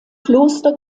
kloster